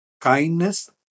kindness